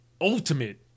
ultimate